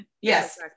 Yes